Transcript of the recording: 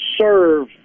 serve